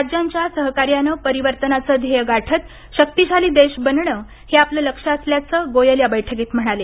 राज्यांच्या सहकार्यानं परिवर्तनाचं ध्येय गाठत शक्तीशाली देश बनण हे आपलं लक्ष्य असल्याचं गोयल या बैठकीत म्हणाले